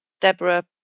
Deborah